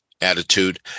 attitude